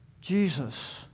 Jesus